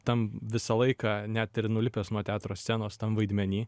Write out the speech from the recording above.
tam visą laiką net ir nulipęs nuo teatro scenos tam vaidmeny